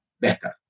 better